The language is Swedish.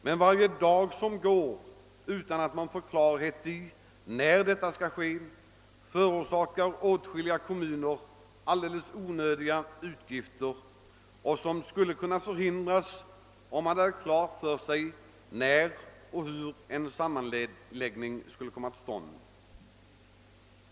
Men varje dag som går utan att man får klarhet i när och hur en sammanslagning skall ske förorsakar åtskilliga kommuner onödiga utgifter, som annars skulle kunna undvikas.